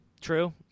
True